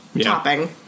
Topping